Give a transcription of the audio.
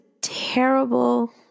terrible